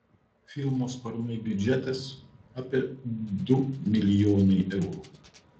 filmo sparnai biudžetas apie du milijonai eurų